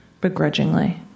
Begrudgingly